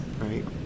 right